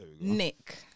Nick